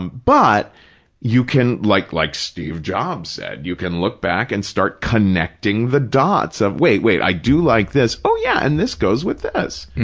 um but you can, like like steve jobs said, you can look back and start connecting the dots of, wait, wait, i do like this, oh, yeah, and this goes with this,